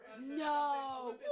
No